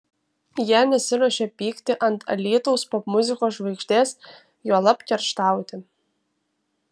jie nesiruošia pykti ant alytaus popmuzikos žvaigždės juolab kerštauti